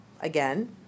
Again